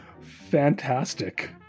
Fantastic